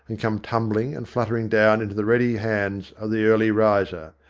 and come tumbling and fluttering down into the ready hands of the early riser.